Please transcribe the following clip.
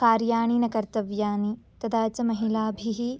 कार्याणि न कर्तव्यानि तदा च महिलाभिः